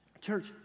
church